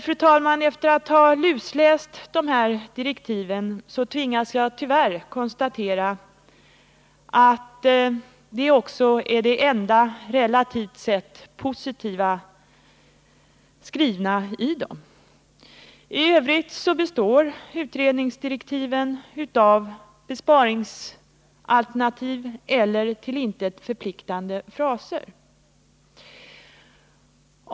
Fru talman! Efter att ha lusläst dessa direktiv tvingas jag tyvärr konstatera att det också är den i stort sett enda positiva skrivningen i dem —i övrigt består utredningsdirektiven av besparingsalternativ eller till intet förpliktande fraser.